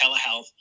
telehealth